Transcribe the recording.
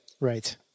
Right